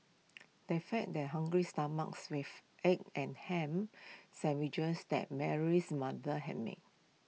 they fed their hungry stomachs with egg and Ham Sandwiches that Mary's mother had made